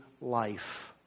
life